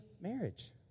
marriage